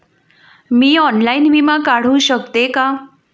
मी online विमा काढू शकते का?